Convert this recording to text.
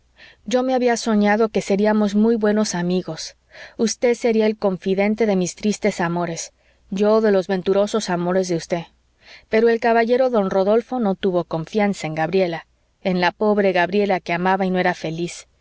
yo me había soñado que seriamos muy buenos amigos usted sería el confidente de mis tristes amores yo de los venturosos amores de usted pero el caballero don rodolfo no tuvo confianza en gabriela en la pobre gabriela que amaba y no era feliz